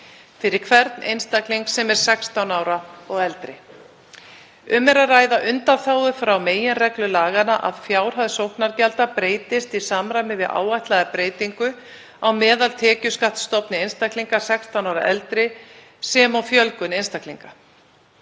fyrir hvern einstakling 16 ára og eldri. Um er að ræða undanþágu frá meginreglu laganna að fjárhæð sóknargjalda breytist í samræmi við áætlaða breytingu á meðaltekjuskattsstofni einstaklinga 16 ára og eldri, sem og fjölgun einstaklinga.